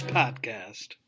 podcast